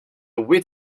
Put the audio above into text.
weed